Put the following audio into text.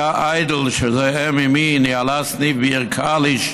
בתה איידל, שהיא אם אימי, ניהלה סניף בעיר קאליש,